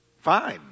fine